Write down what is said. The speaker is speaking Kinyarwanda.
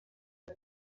ngo